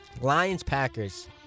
Lions-Packers